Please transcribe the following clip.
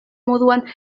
moduan